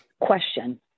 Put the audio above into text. Question